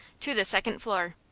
to the second floor.